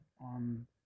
on